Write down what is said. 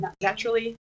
naturally